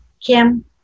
Kim